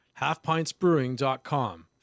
Halfpintsbrewing.com